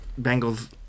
Bengals